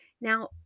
Now